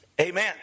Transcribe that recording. Amen